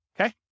Okay